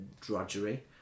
drudgery